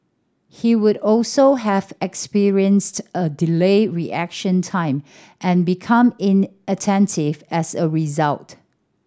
he would also have experienced a delayed reaction time and become inattentive as a result